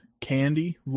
candy